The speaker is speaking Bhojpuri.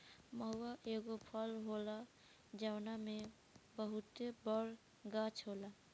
महुवा एगो फल होला जवना के बहुते बड़ गाछ होला